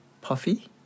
puffy